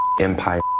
empire